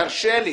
תרשה לי.